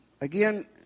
again